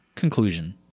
conclusion